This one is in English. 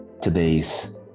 today's